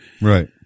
Right